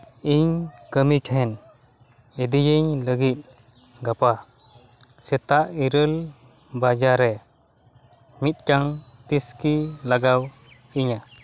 ᱤᱧ ᱠᱟᱹᱢᱤ ᱴᱷᱮᱱ ᱤᱫᱤᱭᱤᱧ ᱞᱟᱹᱜᱤᱫ ᱜᱟᱯᱟ ᱥᱮᱛᱟᱜ ᱤᱨᱟᱹᱞ ᱵᱟᱡᱟᱜ ᱨᱮ ᱢᱤᱫᱴᱟᱝ ᱴᱮᱠᱥᱤ ᱞᱟᱜᱟᱣ ᱤᱧᱟᱹ